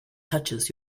touches